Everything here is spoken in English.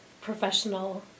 professional